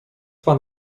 pan